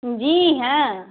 جی ہاں